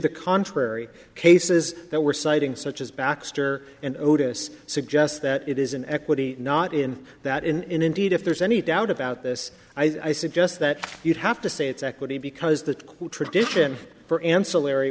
the contrary cases that were citing such as baxter and otis suggest that it is an equity not in that in indeed if there's any doubt about this i suggest that you'd have to say it's equity because the tradition for ancillary